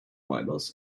riders